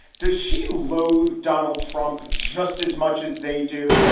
does she loathe donald trump just as much as they do?